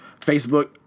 facebook